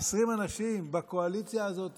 עשרים אנשים בקואליציה הזאת